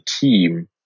team